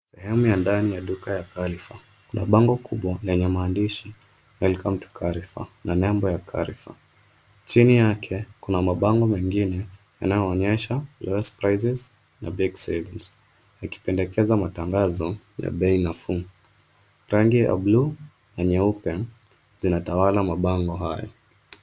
Sehemu ya ndani ya duka la Carrefour. Kuna bango kubwa lenye maandishi welcome to Carrefour na nembo ya Carrefour. Chini yake, kuna mabango mengine yanayoonyesha least prices na big savings yakipendekeza matangazo ya bei nafuu. Rangi ya buluu na nyeupe zinatawala mabango haya.